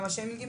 גם השיימינג,